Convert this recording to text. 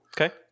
Okay